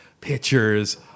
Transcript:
pictures